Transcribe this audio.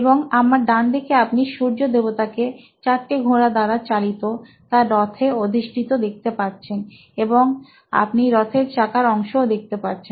এবং আমার ডানদিকে আপনি সূর্যদেবতা কে চারটি ঘোড়া দ্বারা চালিত তাঁর রথে অধিষ্ঠিত দেখতে পাচ্ছেন এবং আপনি রথের চাকার অংশও দেখতে পাচ্ছেন